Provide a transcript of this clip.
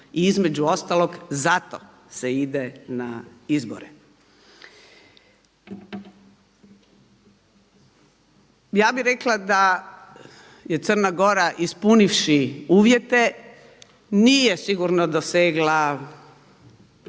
I između ostalog zato se ide na izbore. Ja bih rekla da je Crna Gora ispunivši uvjete nije sigurno dosegla